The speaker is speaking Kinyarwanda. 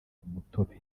umutobe